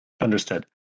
Understood